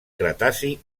cretaci